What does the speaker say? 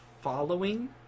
Following